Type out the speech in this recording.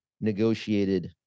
negotiated